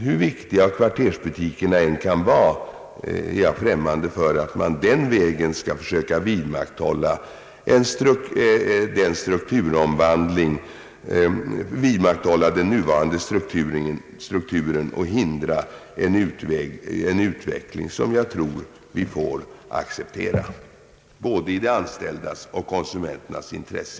Hur viktiga kvartersbutikerna än kan vara, anser jag inte att man den vägen skall försöka vidmakthålla den nuvarande strukturen och hindra en utveckling som jag tror att vi får acceptera och som i längden bör ligga i både de anställdas och konsumenternas intresse.